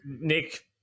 Nick